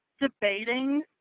debating